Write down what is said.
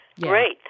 Great